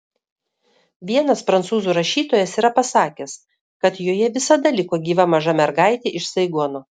vienas prancūzų rašytojas yra pasakęs kad joje visada liko gyva maža mergaitė iš saigono